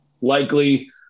likely –